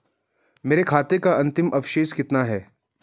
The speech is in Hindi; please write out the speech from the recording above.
मेरे खाते का अंतिम अवशेष कितना है?